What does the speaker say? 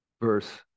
verse